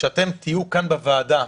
שתהיו כאן בוועדה,